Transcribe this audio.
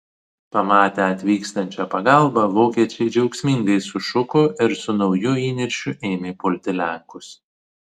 pamatę atvykstančią pagalbą vokiečiai džiaugsmingai sušuko ir su nauju įniršiu ėmė pulti lenkus